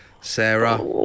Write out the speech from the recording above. Sarah